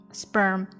sperm，